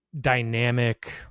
dynamic